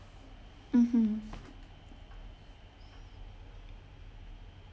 mmhmm